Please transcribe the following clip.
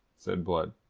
said blood.